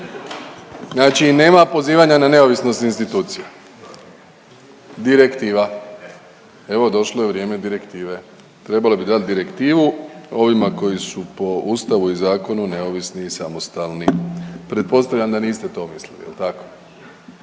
znači nema pozivanja na neovisnost institucija. Direktiva, evo došlo je vrijeme direktive, trebali bi dat direktivu ovima koji su po ustavu i zakonu neovisni i samostalni. Pretpostavljam da niste to mislili, jel tako?